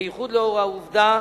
בייחוד לאור העובדה